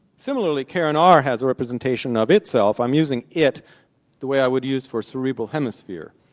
similarly, karen r has a representation of itself i'm using it the way i would use for cerebral hemisphere.